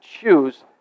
choose